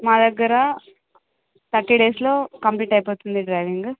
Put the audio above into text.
మా దగ్గర థర్టీ డేస్లో కంప్లీట్ అయిపోతుంది డ్రైవింగ్